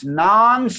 non